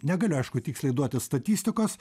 negaliu aišku tiksliai duoti statistikos